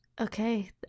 Okay